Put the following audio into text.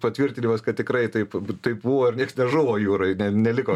patvirtinimas kad tikrai taip taip buvo ir nieks nežuvo jūroj ne neliko